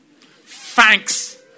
Thanks